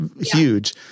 huge